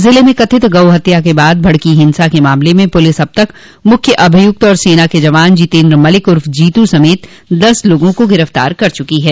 ज़िले में कथित गौ हत्या के बाद भड़की हिंसा के मामले में पुलिस अब तक मुख्य अभियुक्त और सेना के जवान जोतेन्द्र मलिक उर्फ जीतू समेत दस लोगों को गिरफ्तार कर चुकी है